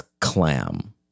clam